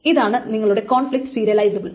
ഇതാണ് നിങ്ങളുടെ conflict serializable